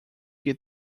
que